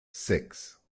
six